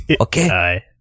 Okay